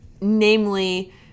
namely